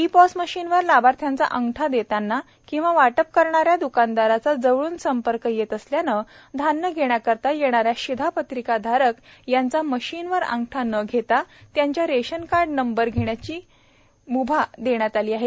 E POS पमशीनवर लाभार्थ्यांचा अंगठा देतांना व वाटप करणाऱ्या द्कानदारांचा जवळून संपर्क येत असल्याने धान्य घेण्याकरता येणाऱ्या शिधापत्रिकाधारक यांचा मशिनवर अंगठा न घेता त्यांचा रेशनकार्ड नंबर घेण्याची रास्त भाव द्कानदारास म्भा देण्यात आली आहे